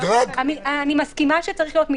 אני מסכימה שצריך להיות מדרג.